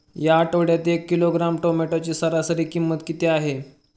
या आठवड्यात एक किलोग्रॅम टोमॅटोची सरासरी किंमत किती आहे?